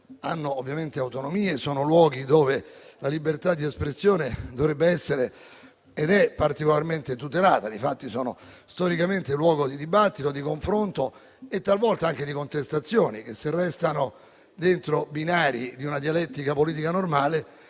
hanno ovviamente autonomia e sono luoghi dove la libertà di espressione dovrebbe essere ed è particolarmente tutelata. Sono storicamente luogo di dibattito, di confronto e talvolta anche di contestazioni, che, se restano entro i binari di una dialettica politica normale,